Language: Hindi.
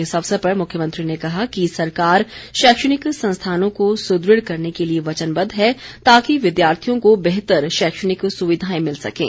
इस अवसर पर मुख्यमंत्री ने कहा कि सरकार शैक्षणिक संस्थानों को सुदृढ़ करने के लिए वचनबद्व है ताकि विद्यार्थियों को बेहतर शैक्षणिक सुविधाएं मिल सकें